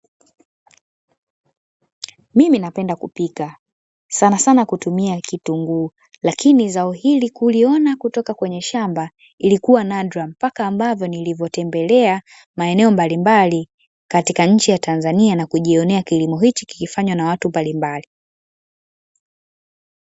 Mimi napenda kupika, sanasana kutumia kitunguu, lakini zao hili kuliona kutoka kwenye shamba ilikuwa nadra, mpaka ambapo nilipotembelea maeneo mbalimbali katika nchi ya Tanzania na kujionea kilimo hiki kikifanywa na watu mbalimbali.